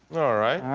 right. all right?